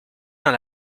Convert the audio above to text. dans